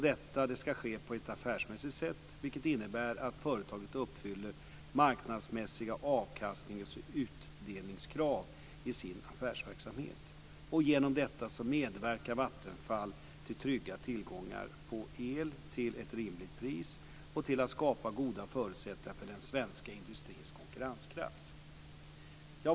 Detta ska ske på ett affärsmässigt sätt, vilket innebär att företaget uppfyller marknadsmässiga avkastnings och utdelningskrav i sin affärsverksamhet. Genom detta medverkar Vattenfall till trygg tillgång på el till ett rimligt pris och till att skapa goda förutsättningar för den svenska industrins konkurrenskraft.